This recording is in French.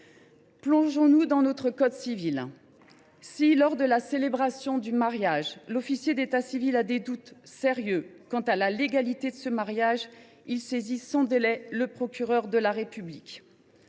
de consulter le code civil : si, lors de la célébration, l’officier d’état civil a des doutes sérieux quant à la légalité d’un mariage, il saisit sans délai le procureur de la République.